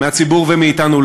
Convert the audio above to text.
מהציבור ומאתנו,